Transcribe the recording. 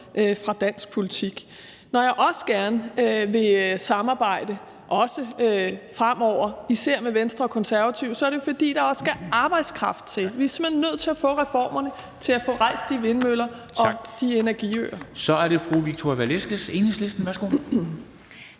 i dansk politik. Når jeg også gerne fremover vil samarbejde med især Venstre og Konservative, er det jo, fordi der også skal arbejdskraft til. Vi er simpelt hen nødt til at få reformerne til at få rejst de vindmøller og de energiøer. Kl. 13:03 Formanden (Henrik